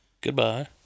Goodbye